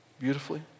beautifully